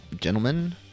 gentlemen